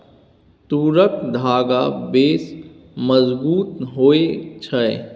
तूरक धागा बेस मजगुत होए छै